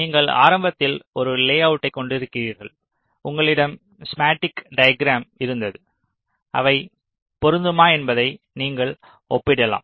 நீங்கள் ஆரம்பத்தில் ஒரு லேஅவுட்டை கொண்டிருந்தீர்கள் உங்களிடம் ஸ்கிமாட்டிக் டயகீராம் இருந்தது அவை பொருந்துமா என்பதை நீங்கள் ஒப்பிடலாம்